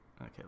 Okay